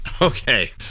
Okay